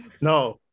No